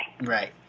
Right